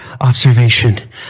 observation